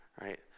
right